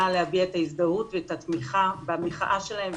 להביע את ההזדהות ואת התמיכה במחאה שלהם,